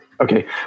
Okay